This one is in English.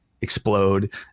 explode